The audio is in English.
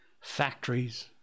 Factories